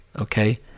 okay